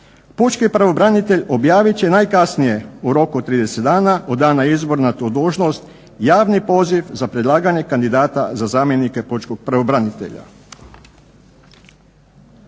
"Pučki pravobranitelj objavit će najkasnije u roku od 30 dana od dana izbora na tu dužnost, javni poziv za predlaganje kandidata za zamjenike pučkog pravobranitelja."